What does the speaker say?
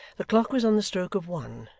the clock was on the stroke of one,